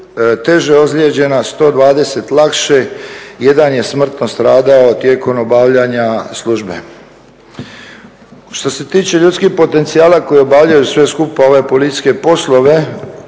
teže ozlijeđena, 120 lakše, 1 je smrtno stradao tijekom obavljanja službe. Što se tiče ljudskih potencijala koje obavljaju sve skupa ove policijske poslove,